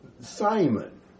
Simon